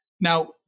Now